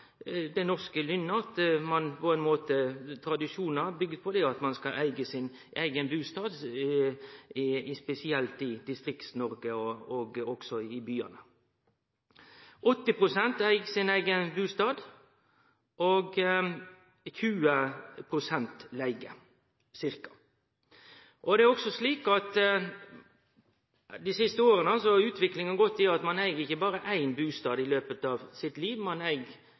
det norske lynnet, tradisjonar byggjer på ein måte på at ein skal eige sin eigen bustad – spesielt i Distrikts-Noreg, men også i byane. Cirka 80 pst. eig sin eigen bustad, og ca. 20 pst. leiger. Det er også slik at dei siste åra har utviklinga gått i den retninga at ein ikkje berre eig éin bustad i løpet av livet sitt. Ein